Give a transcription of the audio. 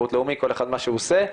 כל אחד מה שהוא עושה.